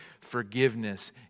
Forgiveness